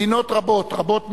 מדינות רבות, רבות מדי,